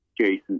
Jason